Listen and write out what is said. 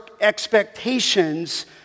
expectations